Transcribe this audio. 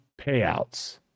payouts